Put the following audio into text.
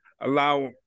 allow